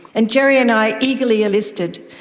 and jerry and i eagerly enlisted,